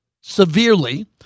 severely